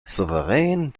souverän